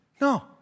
no